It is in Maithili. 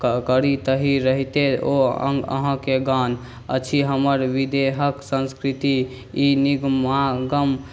करी तहि रहिते ओ अङ्ग अहाँके गान अछि हमर विदेहके संस्कृति ई नीक मागम